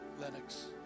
Lennox